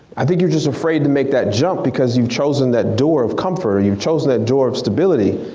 i think you're just afraid to make that jump because you've chosen that door of comfort or you've chosen that door of stability.